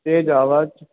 तेज़ु आवाज़ु